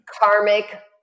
karmic